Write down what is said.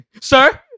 sir